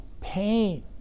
Pain